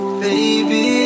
baby